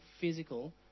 physical